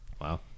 Wow